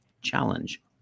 Challenge